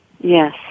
Yes